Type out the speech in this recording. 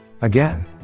again